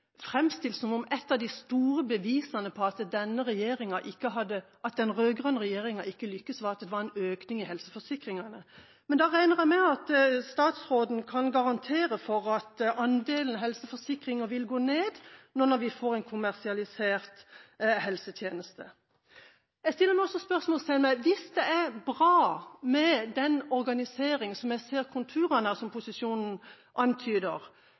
framstilt som om et av de store bevisene på at den rød-grønne regjeringa ikke har lyktes, er at det var økning i helseforsikringene. Da regner jeg med at statsråden kan garantere for at andelen helseforsikringer vil gå ned, nå når vi får en kommersialisert helsetjeneste. Jeg stiller meg også spørsmålet: Hvis det er bra med den organiseringa som jeg ser konturene av, som posisjonen antyder,